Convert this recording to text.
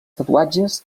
tatuatges